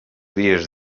dies